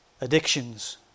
addictions